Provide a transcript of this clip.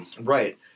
Right